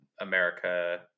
America